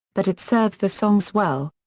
but it serves the songs well.